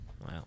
Wow